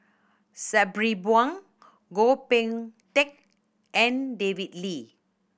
Sabri Buang Goh Boon Teck and David Lee